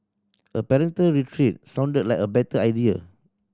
a parental retreat sounded like a better idea